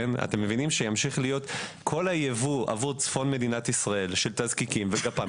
אתם מבינים שכל היבוא של התזקיקים והגפ"מ